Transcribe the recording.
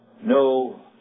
no